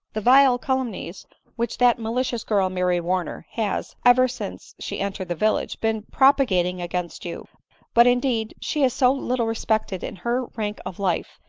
the vile calumnies which that malicious girl, mary warner, has, ever since she entered the village, been propagating against you but, indeed, she is so little respected in her rank of life,